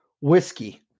whiskey